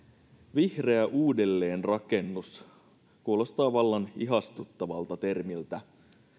vihreä uudelleenrakennus kuulostaa vallan ihastuttavalta termiltä